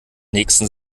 nächsten